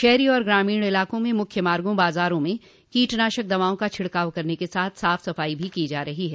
शहरी और ग्रामीण इलाकों में मुख्य मार्गो बाजारों में कीटनाशक दवाओं का छिड़काव करने के साथ साफ सफाई भी की जा रही है